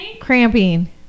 cramping